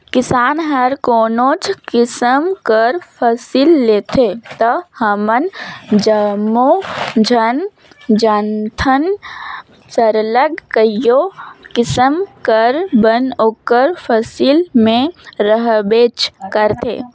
किसान हर कोनोच किसिम कर फसिल लेथे ता हमन जम्मो झन जानथन सरलग कइयो किसिम कर बन ओकर फसिल में रहबेच करथे